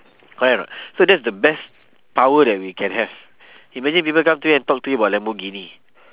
correct or not so that's the best power that we can have imagine people come to you and talk to you about lamborghini